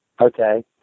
Okay